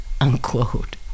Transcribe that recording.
Unquote